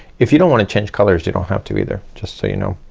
if you don't wanna change colors, you don't have to either just so you know.